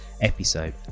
episode